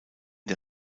der